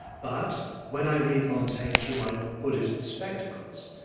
but when i read montaigne through my buddhist spectacles,